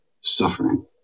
suffering